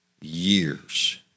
years